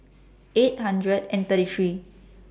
eight hundred and thirty three